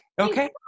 Okay